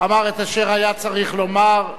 אמר את אשר היה צריך לומר.